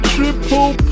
Triple